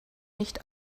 nicht